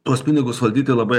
tuos pinigus valdyti labai